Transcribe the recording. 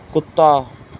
ਕੁੱਤਾ